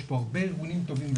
יש פה הרבה ארגונים טובים,